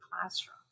classroom